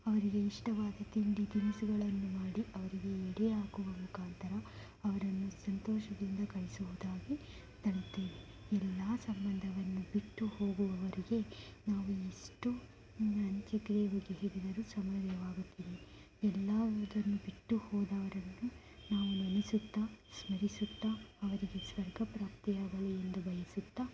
ಅವರಿಗೆ ಇಷ್ಟವಾದ ತಿಂಡಿ ತಿನಿಸುಗಳನ್ನು ಮಾಡಿ ಅವರಿಗೆ ಎಡೆ ಹಾಕುವ ಮುಖಾಂತರ ಅವರನ್ನು ಸಂತೋಷದಿಂದ ಕಳಿಸುವುದಾಗಿ ಎಲ್ಲಾ ಸಂಬಂಧವನ್ನು ಬಿಟ್ಟು ಹೋಗುವವರಿಗೆ ನಾವು ಇಷ್ಟು ಅಂತ್ಯಕ್ರಿಯೆ ಸಮಾಧಾನವಾಗುತ್ತದೆ ಎಲ್ಲದನ್ನೂ ಬಿಟ್ಟು ಹೋದವರದ್ದು ನಾವು ನೆನೆಸುತ್ತಾ ಸ್ಮರಿಸುತ್ತಾ ಅವರಿಗೆ ಸ್ವರ್ಗ ಪ್ರಾಪ್ತಿಯಾಗಲಿ ಎಂದು ಬಯಸುತ್ತಾ